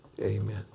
amen